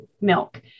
milk